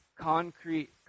concrete